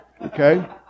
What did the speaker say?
Okay